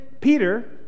peter